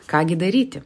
ką gi daryti